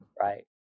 right